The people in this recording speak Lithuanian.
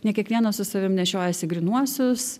ne kiekvienas su savim nešiojasi grynuosius